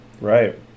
Right